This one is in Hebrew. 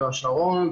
בשרון,